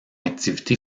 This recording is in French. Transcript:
activité